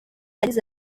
yagize